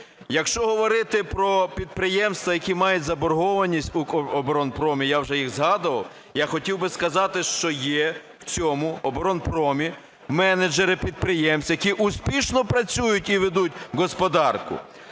Якщо говорити про підприємства, які мають заборгованість в "Укроборонпромі", я вже їх згадував, я хотів би сказати, що є в цьому оборонпромі менеджери підприємці, які успішно працюють і ведуть господарку.